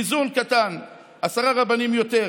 איזון קטן: 10 רבנים יותר,